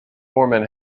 foreman